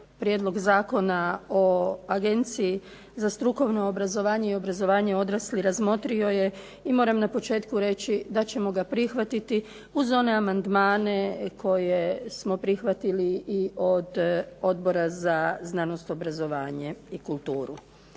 prijedlog Zakona o Agenciji za strukovno obrazovanje i obrazovanje odraslih razmotrio je i moram na početku reći da ćemo ga prihvatiti uz one amandmane koje smo prihvatili i od Odbora za znanost, obrazovanje i kulturu.